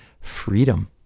freedom